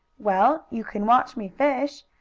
well, you can watch me fish,